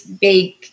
big